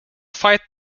fight